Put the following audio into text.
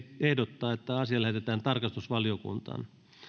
ehdottaa että asia lähetetään tarkastusvaliokuntaan